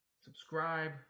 Subscribe